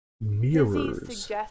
Mirrors